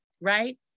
right